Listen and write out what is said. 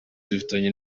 dufitanye